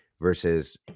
versus